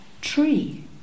tree